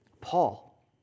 Paul